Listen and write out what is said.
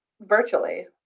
virtually